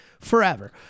Forever